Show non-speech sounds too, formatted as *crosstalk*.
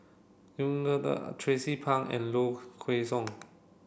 Yuen *unintelligible* Tracie Pang and Low Kway Song